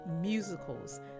musicals